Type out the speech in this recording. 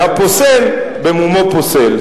והפוסל במומו פוסל.